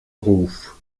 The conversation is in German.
ruf